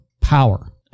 power